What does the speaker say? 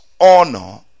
honor